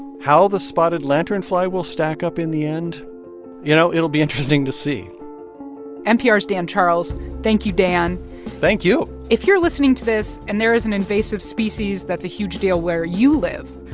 how the spotted lanternfly will stack up in the end you know, it'll be interesting to see npr's dan charles thank you, dan thank you if you're listening to this and there is an invasive species that's a huge deal where you live,